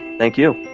thank you.